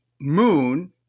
moon